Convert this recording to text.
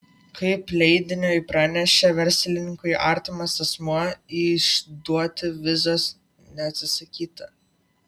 kaip leidiniui pranešė verslininkui artimas asmuo išduoti vizos neatsisakyta